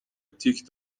تیک